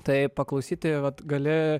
tai paklausyti vat gali